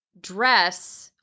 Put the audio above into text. dress